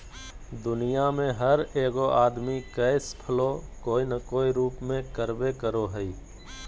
दुनिया में हर एगो आदमी कैश फ्लो कोय न कोय रूप में करबे करो हइ